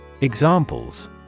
Examples